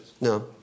No